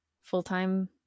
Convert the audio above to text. full-time